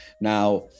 Now